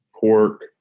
pork